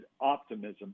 optimism